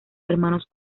hermanos